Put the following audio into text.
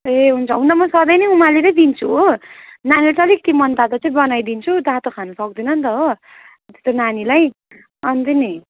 ए हुन्छ होइन म सधैँ नै उमालेरै दिन्छु हो नानीलाई अलिकति मनतातो चाहिँ बनाइदिन्छु तातो खानु सक्दैन नि त हो त्यो नानीलाई अन्त नि